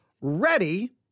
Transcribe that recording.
Ready